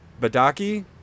Badaki